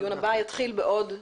הישיבה ננעלה בשעה 10:01.